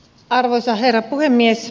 arvoisa herra puhemies